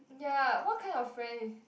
ya what kind of friend is